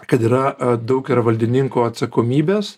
kad yra daug yra valdininkų atsakomybės